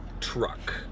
truck